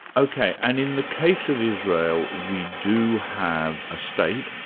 ok, and in the case of israel, we do have a state.